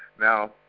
Now